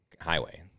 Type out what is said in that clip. highway